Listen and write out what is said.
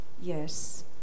Yes